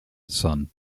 son